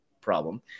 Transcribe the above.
problem